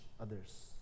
others